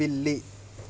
పిల్లి